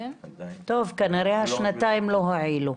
טוב, כנראה שהשנתיים האלה לא הועילו.